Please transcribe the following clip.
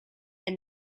and